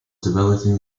developing